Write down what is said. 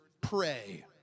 pray